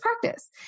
practice